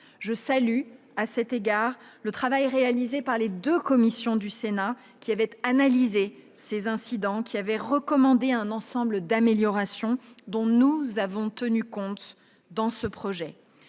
Je salue, à cet égard, le travail réalisé par les deux commissions du Sénat qui ont analysé ces incidents, puis recommandé un ensemble d'améliorations dont nous avons tenu compte dans ce projet